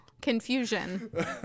confusion